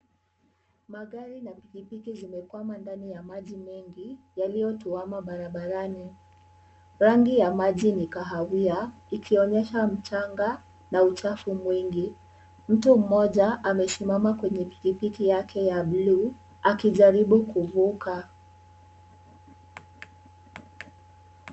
Magari na pikipiki zimekwama ndani ya maji mengi yaliyotuama barabarani. Rangi ya maji ni kahawia ikionyesha mchanga na uchafu mwingi. Mtu mmoja amesimama kwenye piki piki yake ya buluu, akijaribu kuvuka.